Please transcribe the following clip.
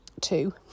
two